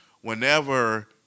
whenever